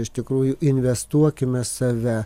iš tikrųjų investuokime save